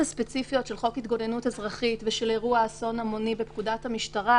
חוק התגוננות אזרחית ושל אירוע אסון המוני בפקודת המשטרה,